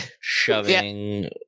shoving